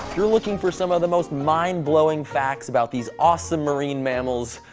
you're looking for some of the most mind-blowing facts about these awesome marine mammals,